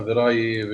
חבריי,